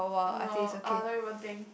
no I don't even think